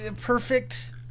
perfect